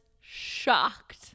shocked